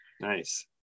Nice